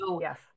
yes